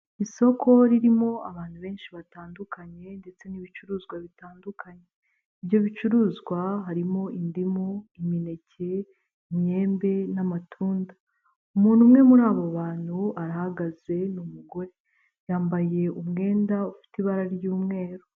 Isoko ririmo abantu benshi batandukanye ndetse n'ibicuruzwa bitandukanye ibyo bicuruzwa harimo indimu imineke imyembe n'amatunda umuntu umwe muri abo bantu ubu arahagaze ni umugore yambaye umwenda ufite ibara ry'umweru.